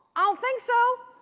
i don't think so!